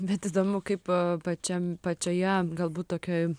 bet įdomu kaip pačiam pačioje galbūt tokioj